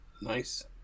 Nice